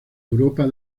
europa